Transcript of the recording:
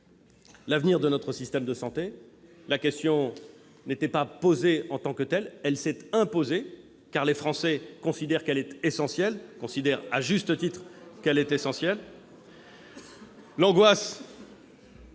l'avenir de notre système de santé. Si la question n'était pas posée en tant que telle, elle s'est imposée, car les Français considèrent à juste titre qu'elle est essentielle. L'angoisse